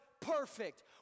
perfect